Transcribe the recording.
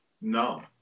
no